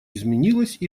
изменилось